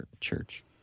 Church